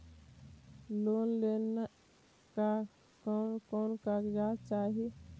Loan लेने ला कोन कोन कागजात चाही?